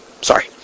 Sorry